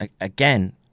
again